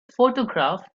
photograph